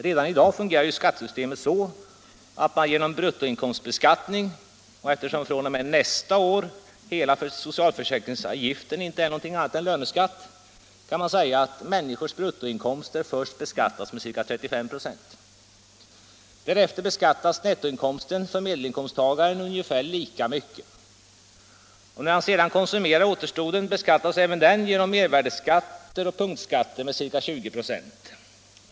Redan i dag fungerar skattesystemet så — och detta gäller i ännu högre grad fr.o.m. nästa år då hela socialförsäkringsavgiften inte är någonting annat än löneskatt — att människors bruttoinkomster först beskattas med ca 35 4. Därefter beskattas nettoinkomsten för medelinkomsttagaren ungefär lika mycket. När han sedan konsumerar återstoden beskattas även den genom mervärdeskatter och punktskatter med ca 20 96.